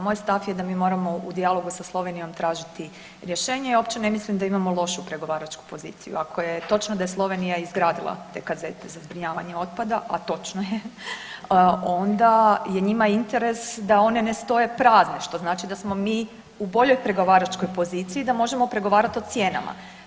Moj stav je da mi moramo u dijalogu sa Slovenijom tražiti rješenje i uopće ne mislim da imamo lošu pregovaračku poziciju ako je točno da je Slovenija izgradila te kazete za zbrinjavanje otpada, a točno je, onda je njima interes da one stoje prazne što znači da smo mi u boljoj pregovaračkoj poziciji da možemo pregovarati o cijenama.